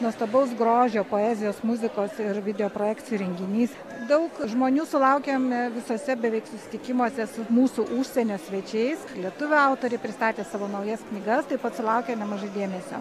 nuostabaus grožio poezijos muzikos ir video projekcijų renginys daug žmonių sulaukiam visuose beveik susitikimuose su mūsų užsienio svečiais lietuvių autoriai pristatė savo naujas knygas taip pat sulaukia nemažai dėmesio